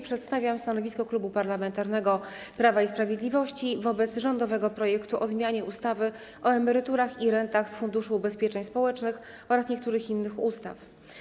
Przedstawiam stanowisko Klubu Parlamentarnego Prawo i Sprawiedliwość wobec rządowego projektu o zmianie ustawy o emeryturach i rentach z Funduszu Ubezpieczeń Społecznych oraz niektórych innych ustaw.